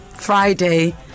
Friday